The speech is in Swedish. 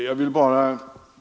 Herr talman!